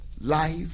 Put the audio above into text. life